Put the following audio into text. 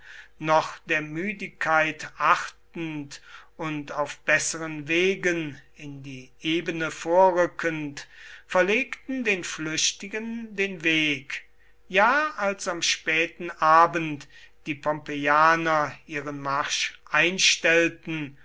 noch der müdigkeit achtend und auf besseren wegen in die ebene vorrückend verlegten den flüchtigen den weg ja als am späten abend die pompeianer ihren marsch einstellten